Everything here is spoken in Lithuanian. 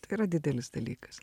tai yra didelis dalykas